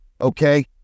okay